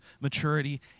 maturity